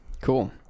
Cool